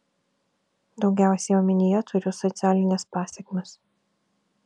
daugiausiai omenyje turiu socialines pasekmes